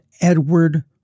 Edward